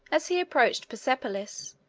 as he approached persepolis,